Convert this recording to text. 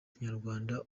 kinyarwanda